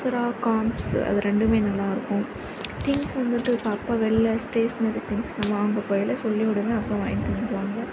அப்சரா காம்ஸ் அது ரெண்டுமே நல்லாயிருக்கும் திங்க்ஸ் வந்துட்டு இப்போ அப்பா வெளில ஸ்டேஷனரி திங்ஸ்ஸுலான் வாங்க போகயிலை சொல்லி விடுவேன் அப்பா வாங்கிட்டு வந்துடுவாங்க